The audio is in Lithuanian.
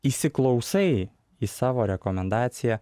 įsiklausai į savo rekomendaciją